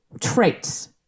traits